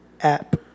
app